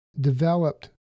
developed